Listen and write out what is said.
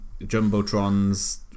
Jumbotron's